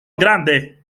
grande